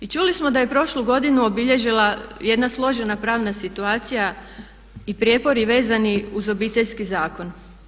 I čuli smo da je prošlu godinu obilježila jedna složena pravna situacija i prijepori vezani uz Obiteljski zakon.